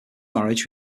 marriage